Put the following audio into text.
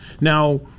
Now